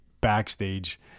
backstage